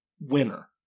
winner